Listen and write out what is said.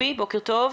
בוקר טוב.